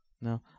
No